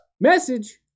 Message